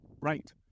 Right